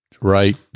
right